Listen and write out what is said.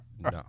No